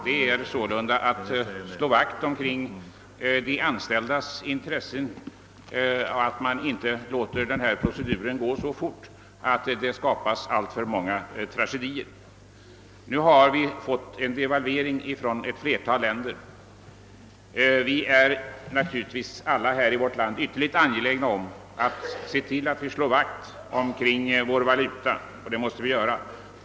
Här är sålunda fråga om att slå vakt om de anställdas intressen och inte låta proceduren gå så fort att det uppstår alltför många tragedier. Devalvering har nu tillgripits i ett flertal länder. Vi är naturligtvis alla i vårt land ytterligt angelägna att se till att vi slår vakt om vår valuta och det måste vi göra.